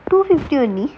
two fifty only